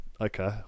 Okay